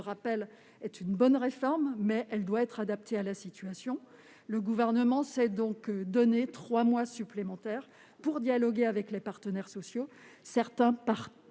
réforme est une bonne réforme, mais elle doit être adaptée à la situation. Le Gouvernement s'est donc donné trois mois supplémentaires pour dialoguer avec les partenaires sociaux. Certains paramètres